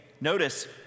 notice